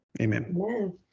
Amen